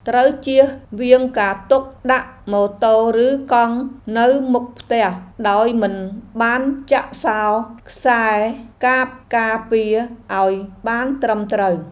ត្រូវជៀសវាងការទុកដាក់ម៉ូតូឬកង់នៅមុខផ្ទះដោយមិនបានចាក់សោរខ្សែកាបការពារឱ្យបានត្រឹមត្រូវ។